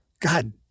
God